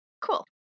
cool